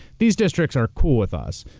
these districts are cool with us.